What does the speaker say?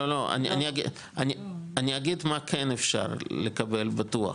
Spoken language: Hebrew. לא, לא, אני אגיד מה כן אפשר לקבל בטוח,